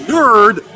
Nerd